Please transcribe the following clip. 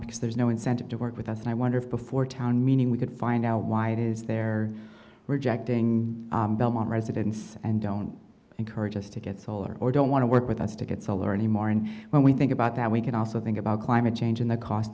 because there's no incentive to work with us and i wonder if before town meeting we could find out why it is there were jack doing belmont residents and don't encourage us to get solar or don't want to work with us to get solar anymore and when we think about that we can also think about climate change and the cost